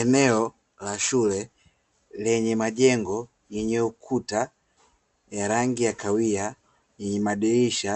Eneo la shule lenye majengo yenye ukuta ya rangi ya kahawia, yenye madirisha,